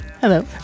Hello